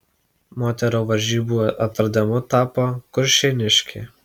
moterų varžybų atradimu tapo kuršėniškė